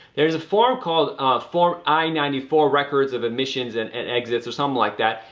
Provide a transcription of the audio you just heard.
there's a form called form i ninety four records of emissions and and exits or something like that.